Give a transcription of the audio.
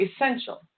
essential